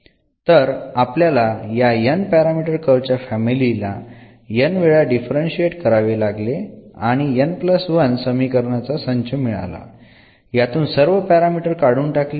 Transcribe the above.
तर आपल्याला या n पॅरामीटर कर्व च्या फॅमिली ला n वेळा डिफरंशिएट करावे लागले आणि n1 समीकरणांचा संच मिळाला यातून सर्व पॅरामीटर काढून टाकली